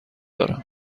دارم